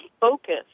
focus